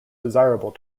desirable